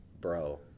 Bro